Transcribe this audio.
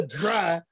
dry